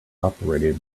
operated